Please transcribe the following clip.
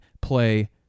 play